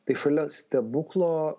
tai šalia stebuklo